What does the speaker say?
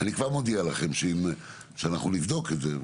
אני כבר מודיע לכם שאנחנו נבדוק את זה,